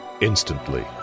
instantly